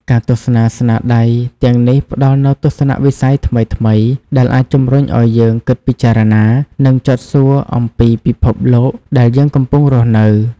ការទស្សនាស្នាដៃទាំងនេះផ្តល់នូវទស្សនៈវិស័យថ្មីៗ ដែលអាចជំរុញឲ្យយើងគិតពិចារណា និងចោទសួរអំពីពិភពលោកដែលយើងកំពុងរស់នៅ។